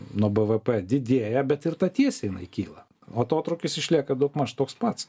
nuo bvp padidėja bet ir ta tiesė jinai kyla o atotrūkis išlieka daugmaž toks pats